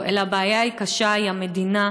אלא הבעיה הקשה היא המדינה,